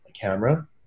camera